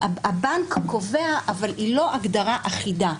הבנק קובע, אבל היא לא הגדרה אחידה.